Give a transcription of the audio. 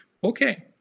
Okay